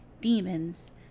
demons